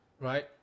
right